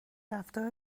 رفتار